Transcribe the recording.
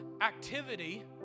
activity